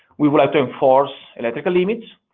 we would like to enforce electrical limits.